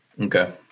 Okay